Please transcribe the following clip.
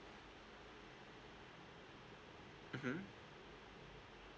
mmhmm